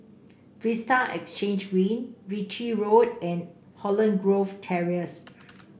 Vista Exhange Green Ritchie Road and Holland Grove Terrace